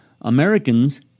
Americans